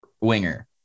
winger